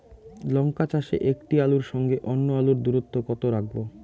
লঙ্কা চাষে একটি আলুর সঙ্গে অন্য আলুর দূরত্ব কত রাখবো?